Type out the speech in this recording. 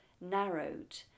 narrowed